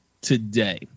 today